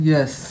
Yes